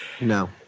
No